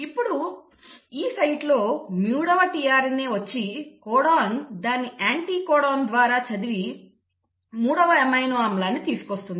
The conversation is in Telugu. ఇప్పుడు ఈ సైట్లో మూడవ tRNA వచ్చి కోడాన్ను దాని యాంటీకోడాన్ ద్వారా చదివి మూడవ అమైనో ఆమ్లాన్ని తీసుకువస్తుంది